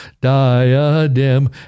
diadem